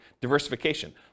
diversification